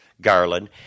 garland